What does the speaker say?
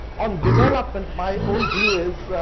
on development, my own view is.